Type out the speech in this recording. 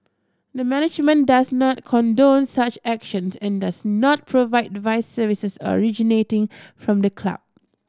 the management does not condone such action and does not provide the vice services originating from the club